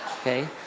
okay